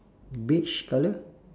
beige colour